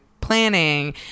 planning